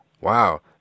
Wow